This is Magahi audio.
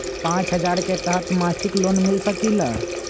पाँच हजार के तहत मासिक लोन मिल सकील?